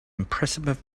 impressive